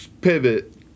pivot